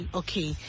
okay